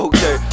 Okay